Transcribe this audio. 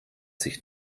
sich